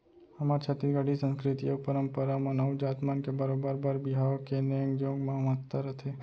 हमर छत्तीसगढ़ी संस्कृति अउ परम्परा म नाऊ जात मन के बरोबर बर बिहाव के नेंग जोग म महत्ता रथे